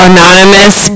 Anonymous